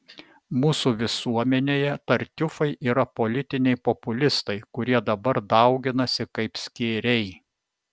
mūsų visuomenėje tartiufai yra politiniai populistai kurie dabar dauginasi kaip skėriai